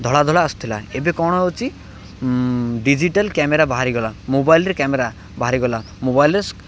ଧଳା ଧଳା ଆସିଥିଲା ଏବେ କ'ଣ ହେଉଛି ଡିଜିଟାଲ୍ କ୍ୟାମେରା ବାହାରିଗଲା ମୋବାଇଲ୍ରେ କ୍ୟାମେରା ବାହାରିଗଲା ମୋବାଇଲ୍ରେ